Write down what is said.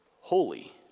holy